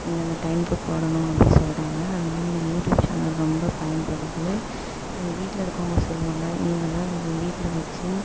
இந்தெந்த டைம்க்கு போடணும் அப்படின் சொல்கிறாங்க அதனால எனக்கு யூடியூப் சேனல் ரொம்ப பயன்படுது எங்கள் வீட்டில் இருக்கிறவங்க சொல்லுவாங்க நீங்களாம் வீட்டில் வச்சு